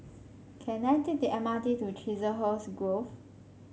can I take the M R T to Chiselhurst Grove